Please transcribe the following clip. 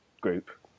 group